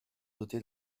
doté